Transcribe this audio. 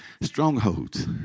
strongholds